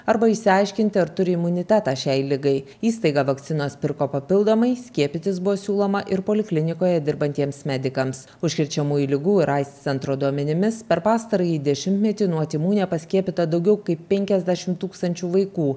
arba išsiaiškinti ar turi imunitetą šiai ligai įstaiga vakcinas pirko papildomai skiepytis buvo siūloma ir poliklinikoje dirbantiems medikams užkrečiamųjų ligų ir aids centro duomenimis per pastarąjį dešimtmetį nuo tymų nepaskiepyta daugiau kaip penkiasdešimt tūkstančių vaikų